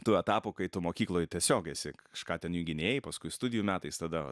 tų etapų kai tu mokykloj tiesiog esi kažką ten gynėji paskui studijų metais tada